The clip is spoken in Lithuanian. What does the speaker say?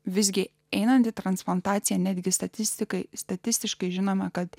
visgi einantį transplantaciją netgi statistikai statistiškai žinoma kad